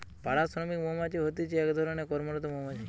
পাড়া শ্রমিক মৌমাছি হতিছে এক ধরণের কর্মরত মৌমাছি